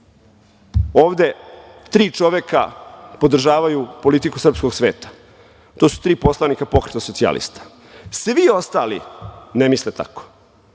ovde tri čoveka podržavaju politiku srpskog sveta. To su tri poslanika Pokreta socijalista. Svi ostali ne misle tako.